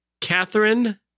Catherine